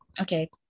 Okay